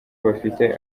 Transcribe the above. bafite